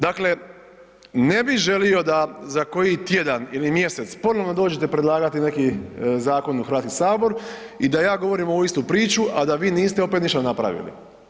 Dakle, ne bi želio da za koji tjedan ili mjesec ponovno dođete predlagati neki zakon u HS i da ja govorim ovu istu priču, a da vi niste opet ništa napravili.